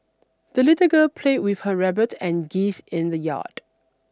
the little girl played with her rabbit and geese in the yard